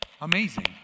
Amazing